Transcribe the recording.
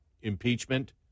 impeachment